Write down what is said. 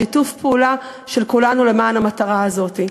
שיתוף הפעולה של כולנו למען המטרה הזאת.